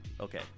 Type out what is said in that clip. okay